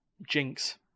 Jinx